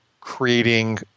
creating